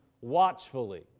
watchfully